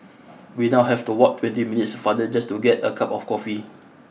we now have to walk twenty minutes farther just to get a cup of coffee